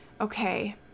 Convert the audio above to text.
okay